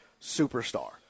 superstar